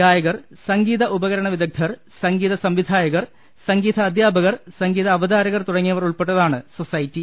ഗായകർ സംഗീത ഉപക രണ വിദഗ്ദ്ധർ സംഗീത സംവിധായകർ സംഗീത അധ്യാപകർ സംഗീത അവതാരകർ തുടങ്ങിയവർ ഉൾപ്പെട്ടതാണ് സൊസൈറ്റി